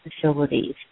Facilities